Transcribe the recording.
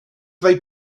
they